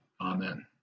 Amen